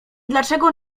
dlaczego